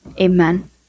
Amen